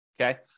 okay